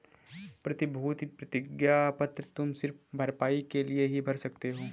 प्रतिभूति प्रतिज्ञा पत्र तुम सिर्फ भरपाई के लिए ही भर सकते हो